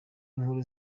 inkuru